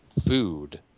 Food